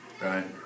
Right